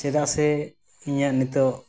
ᱪᱮᱫᱟᱜ ᱥᱮ ᱤᱧᱟᱹᱜ ᱱᱤᱛᱚᱜ